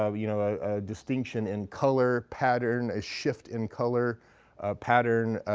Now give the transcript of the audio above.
ah you know, a distinction in color pattern, a shift in color pattern,